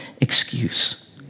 excuse